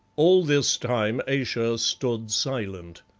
all this time ayesha stood silent,